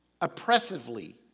oppressively